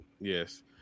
Yes